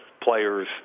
player's